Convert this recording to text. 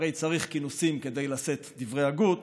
הרי צריך כינוסים כדי לשאת דברי הגות,